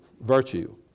virtue